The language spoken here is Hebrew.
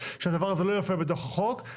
שהדבר הזה לא יופיע בתוך החוק.